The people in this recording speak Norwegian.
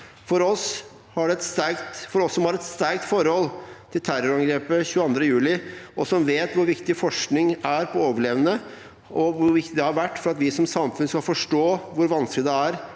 For oss som har et sterkt forhold til terrorangrepet 22. juli, og som vet hvor viktig forskningen på overlevende har vært for at vi som samfunn skal forstå hvor vanskelig det er